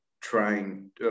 trying